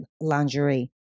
lingerie